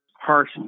harsh